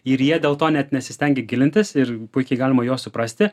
ir jie dėl to net nesistengia gilintis ir puikiai galima juos suprasti